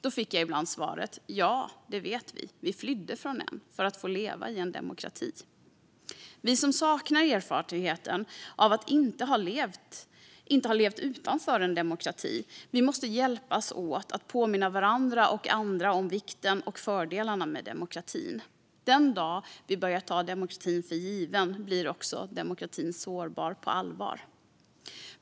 Då fick jag ibland svaret: Ja, det vet vi; vi flydde från en för att få leva i en demokrati. Vi som saknar erfarenhet av att inte ha levt utanför en demokrati måste hjälpas åt att påminna varandra och andra om vikten av och fördelarna med demokratin. Den dag vi börjar ta demokratin för given blir demokratin sårbar på allvar.